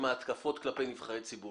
עם ההתקפות כלפי נבחרי ציבור.